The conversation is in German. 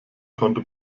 konnte